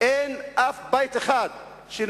אין אף בית אחד שנבנה